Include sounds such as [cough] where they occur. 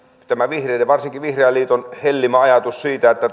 tämä varsinkin vihreän liiton hellimä ajatus siitä että [unintelligible]